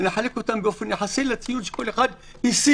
ונחלק אותן באופן יחסי לציון שכל אחד השיג.